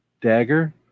dagger